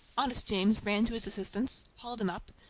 honest james ran to his assistance, hauled him up,